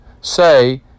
say